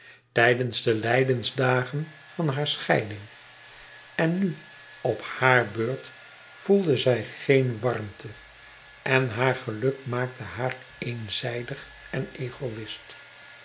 tijdens de lijdensdagen van hare scheiding en nu op hare beurt voelde zij geene warmte en haar geluk maakte haar eenzijdig en egoïst